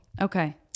okay